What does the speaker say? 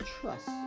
trust